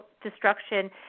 destruction